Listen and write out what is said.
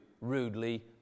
rudely